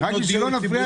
לבנות דיור ציבורי